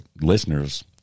listeners